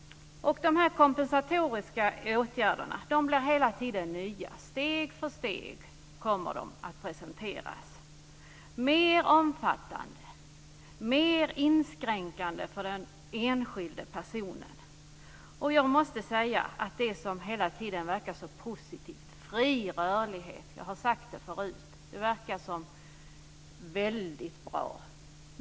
De kompensatoriska åtgärderna blir hela tiden nya. Steg för steg kommer de att presenteras. De är mer omfattande, mer inskränkande för den enskilde personen. Det verkar hela tiden så positivt med fri rörlighet. Jag har sagt det förut. Det verkar så väldigt bra.